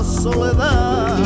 Soledad